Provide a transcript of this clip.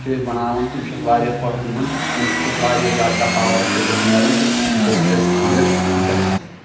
چھِ أسۍ بَناوان تہٕ یہِ چھُ اَسہِ واریاہ فٲہدٕ منٛد اَمہِ سۭتۍ چھِ اَسہِ واریاہ زیادٕ اَتھ ۂٹِس میلان تہٕ یہِ ہوٚٹ چھُ اَسہِ ٹھیٖک گژھان